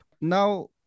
Now